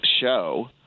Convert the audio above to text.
show